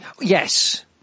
Yes